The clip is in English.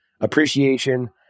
appreciation